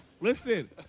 Listen